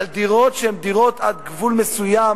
על דירות עד גבול מסוים,